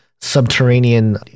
subterranean